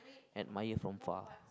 admire from far